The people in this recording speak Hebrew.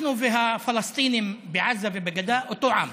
אנחנו והפלסטינים בעזה ובגדה, אותו עם,